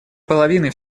половины